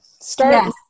Start